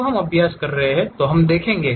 जब हम अभ्यास कर रहे हैं तो हम देखेंगे